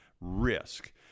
risk